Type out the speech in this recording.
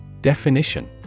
Definition